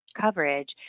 coverage